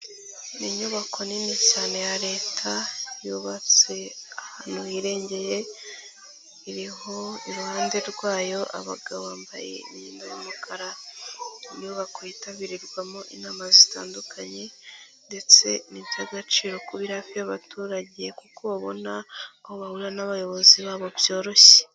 Ni inyubako nini cyane ya leta, yubatse ahantu hirengeye, iriho iruhande rwayo abagabo bambaye imyenda y'umukara. Inyubako yitabirirwamo inama zitandukanye ndetse n'iby'agaciro kuba iri hafi y'abaturage kuko babona aho bahura n'abayobozi babo byoroshye.